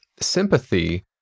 sympathy